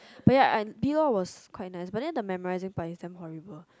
but ya and B law was quite nice but then the memorising part is damn horrible